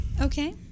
Okay